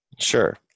Sure